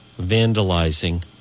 vandalizing